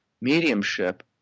mediumship